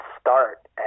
start